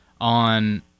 on